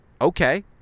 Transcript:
okay